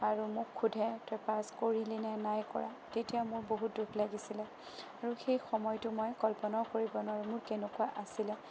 আৰু মোক সোধে তই পাছ কৰিলিনে নাইকৰা তেতিয়া মোৰ বহুত দুখ লাগিছিলে আৰু সেই সময়টো মই কল্পনাও কৰিব নোৱাৰোঁ কেনেকুৱা আছিলে